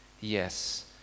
yes